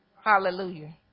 Hallelujah